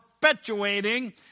perpetuating